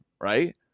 Right